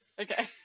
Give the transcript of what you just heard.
okay